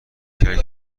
کردید